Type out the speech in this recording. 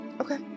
Okay